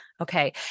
Okay